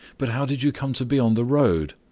but how did you come to be on the road?